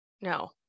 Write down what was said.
No